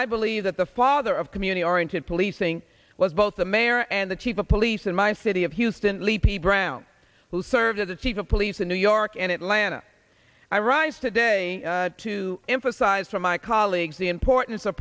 i believe that the father of community oriented policing was both the mayor and the chief of police in my city of houston leapai brown who serves as the chief of police in new york and atlanta i rise today to emphasize from my colleagues the importance of